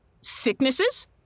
Sicknesses